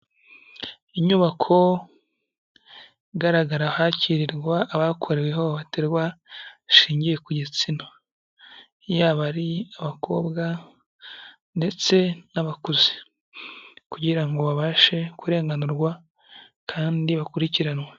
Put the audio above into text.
Inyubako igaragara ahakirirwa abakorewe ihohoterwa rishingiye ku gitsina, yaba ari abakobwa ndetse n'abakuze, kugira ngo babashe kurenganurwa kandi bakurikiranwe.